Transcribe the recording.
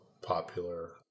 popular